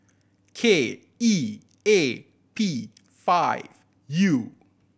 K E A P five U